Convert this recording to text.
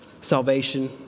salvation